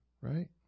Right